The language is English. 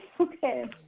Okay